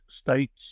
states